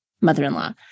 mother-in-law